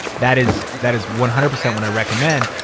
that is that is one hundred percent what i'd recommend.